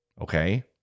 okay